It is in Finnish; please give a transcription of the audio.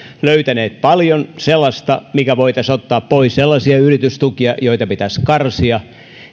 löytäneet paljon sellaista mikä voitaisiin ottaa pois sellaisia yritystukia joita pitäisi karsia